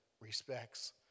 respects